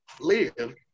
live